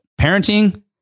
Parenting